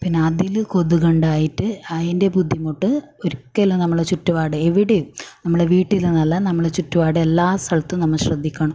പിന്നെ അതിൽ കൊതുക് ഉണ്ടായിട്ട് അതിൻ്റെ ബുദ്ധിമുട്ട് ഒരിക്കലും നമ്മൾ ചുറ്റുപാട് എവിടെയും നമ്മുടെ വീട്ടിൽ എന്നല്ല നമ്മുടെ ചുറ്റുപാട് എല്ലാ സ്ഥലത്തും നമ്മൾ ശ്രദ്ധിക്കണം